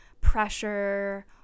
pressure